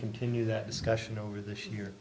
continue that discussion over this year